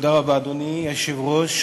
אדוני היושב-ראש,